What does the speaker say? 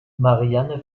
marianne